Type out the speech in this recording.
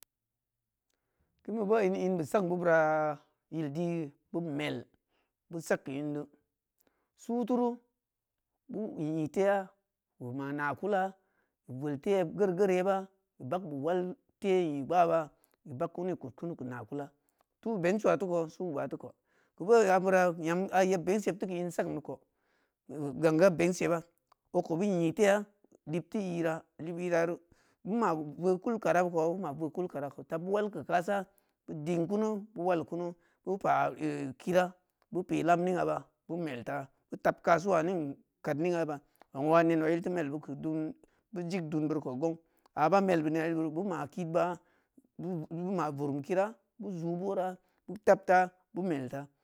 Kin beu boo in inbe sang beu beura yildi beu mel beu sag keu indo suu turu gu’ii tehya beu ma na kula beu vel eyyed geuri yeba beu bag beu wal the nyi gbaab beu bag kunu beu kudkunu keu naa kula suu bengsuwa teu kou suu gbaa teu kou keu boo abura yem a yeb bengs teu keu in sagndi kou gangga bensiyeba okou beu nyi the lib teu ira lib irareu nma voo kul kara beu kou beu ma voo kul kara kou tab beu wal keu kasa beu ding kunu beu wali kunu beu pa ee kira beu pe lam ning a ba beu melta beu tab kasi wa ning kad niya ba ungwa nenwa yil teu melbeu keu dun beu jig dun beuri koh gong aba mel keu nena yildi beu ma kidba beu ma veri keu kira beu zuu beu wora beu tabta beu melta